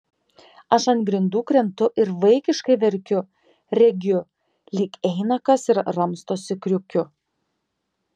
aš ant grindų krentu ir vaikiškai verkiu regiu lyg eina kas ir ramstosi kriukiu